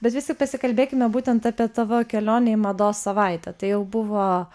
bet vis tik pasikalbėkime būtent apie tavo kelionę į mados savaitę tai jau buvo